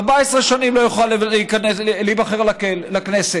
14 שנים לא יוכל להיבחר לכנסת.